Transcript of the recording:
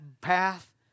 path